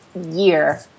year